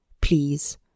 Please